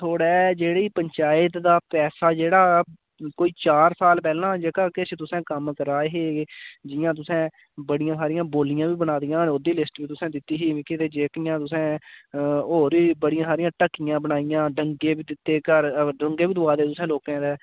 थुआढ़ै जेह्ड़ी पंचायत दा पैसा जेह्ड़ा कोई चार साल पैह्लां जेह्का किश तुसें कम्म कराए हे जि'यां तुसें बड़ियां हारियां बौलियां बी बना दियां न ओह्दी लिस्ट बी तुसें दित्ती ही मिकी ते जेह्कियां तुसें होर बी बड़ियां हारियां ढक्कियां बनाइयां डंगे बी दित्ते घर डंगे बी दोआए दे तुसे लोकें दे